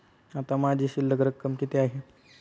आता माझी शिल्लक रक्कम किती आहे?